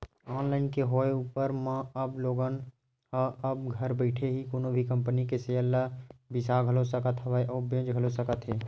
online के होय ऊपर म अब लोगन ह अब घर बइठे ही कोनो भी कंपनी के सेयर ल बिसा घलो सकत हवय अउ बेंच घलो सकत हे